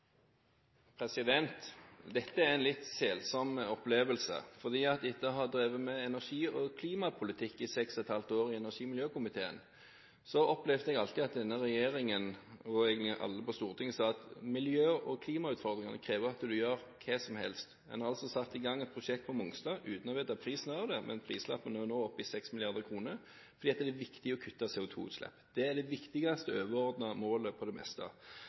Dette er en litt selsom opplevelse, for etter å ha drevet med energi- og klimapolitikk i seks og et halvt år i energi- og miljøkomiteen, opplevde jeg alltid at denne regjeringen og egentlig alle på Stortinget sa at miljø- og klimautfordringene krever at en gjør hva som helst. En har satt i gang et prosjekt på Mongstad uten å vite prisen på det. Prislappen er vel nå oppe i 6 mrd. kr, fordi det er viktig å kutte i CO2-utslipp. Det er det viktigste overordnede målet på det meste.